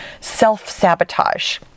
self-sabotage